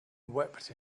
wept